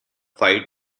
fight